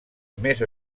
més